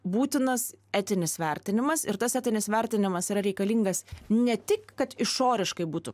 būtinas etinis vertinimas ir tas etinis vertinimas yra reikalingas ne tik kad išoriškai būtų